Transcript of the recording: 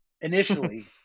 initially